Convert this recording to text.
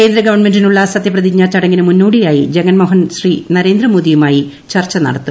കേന്ദ്ര ഗവൺമെന്റിനുള്ള സത്യപ്രതിജ്ഞ ചടങ്ങിന് മുന്നോടിയായി ജഗൻമോഹൻ ശ്രീ നരേന്ദ്രമോദിയുമായി ചർച്ച നടത്തും